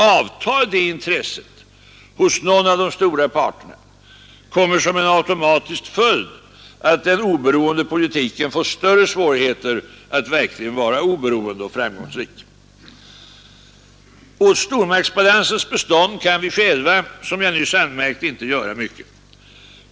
Avtar det intresset hos någon av de stora parterna kommer som en automatisk följd att den oberoende politiken får större svårigheter att verkligen vara oberoende och framgångsrik. Åt stormaktsbalansens bestånd kan vi själva, som jag nyss anmärkte, inte göra mycket.